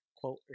quote